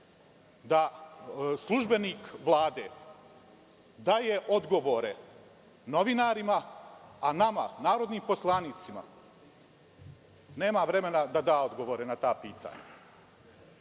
da službenik Vlade daje odgovore novinarima, a nama, narodnim poslanicima nema vremena da da odgovore na ta pitanja. Još